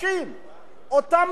אותם מוגבלים,